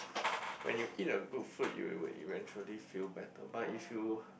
when you eat a good food you will eventually feel better but if you